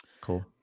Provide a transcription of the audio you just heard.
Cool